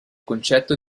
concetto